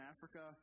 Africa